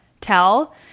tell